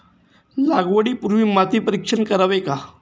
लागवडी पूर्वी माती परीक्षण करावे का?